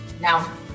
now